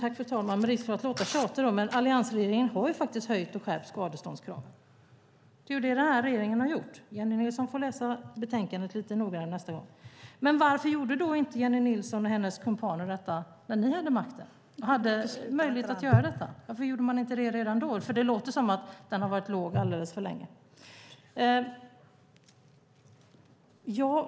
Fru talman! Med risk för att låta tjatig: Alliansregeringen har höjt och skärpt skadeståndskrav. Det är det som den här regeringen har gjort. Jennie Nilsson får läsa betänkandet lite noggrannare nästa gång. Men varför gjorde då inte Jennie Nilsson och hennes kumpaner detta när ni hade makten och hade möjlighet att göra det? Varför gjorde ni inte det redan då? Det låter som om att det har varit för lågt alldeles för länge.